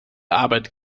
arbeit